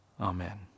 Amen